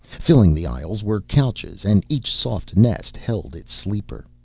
filling the aisles were couches and each soft nest held its sleeper.